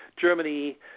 Germany